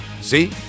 see